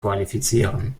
qualifizieren